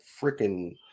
freaking